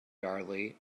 darley